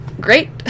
great